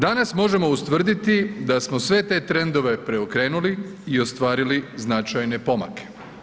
Danas možemo ustvrditi da smo sve te trendove preokrenuli i ostvarili značajne pomake.